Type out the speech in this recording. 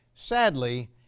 Sadly